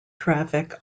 traffic